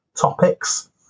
topics